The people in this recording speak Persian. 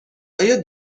آیا